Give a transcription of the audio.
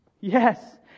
Yes